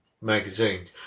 magazines